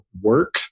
work